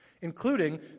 Including